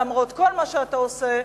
למרות כל מה שאתה עושה,